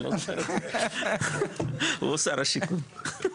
הוא שר השיכון.